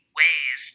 ways